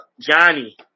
Johnny